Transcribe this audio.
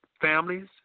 families